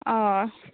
অঁ